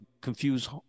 confuse